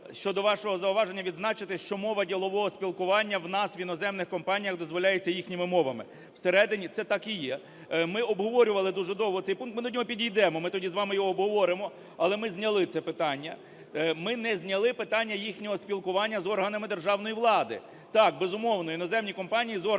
щодо вашого зауваження відзначити, що мова ділового спілкування у нас в іноземних компаніях дозволяється їхніми мовами в середині, це так і є. Ми обговорювали дуже довго цей пункт, ми до нього підійдемо, ми тоді з вами його обговоримо, але ми зняли це питання. Ми не зняли питання їхнього спілкування з органами державної влади. Так, безумовно, іноземні компанії з органами